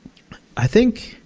i think